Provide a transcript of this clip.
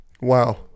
Wow